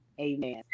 Amen